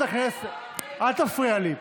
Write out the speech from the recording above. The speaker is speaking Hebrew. אל תפריע לי.